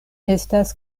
estas